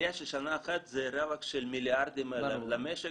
עלייה של שנה אחת זה רווח של מיליארדים למשק